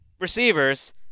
receivers